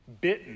bitten